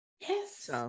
Yes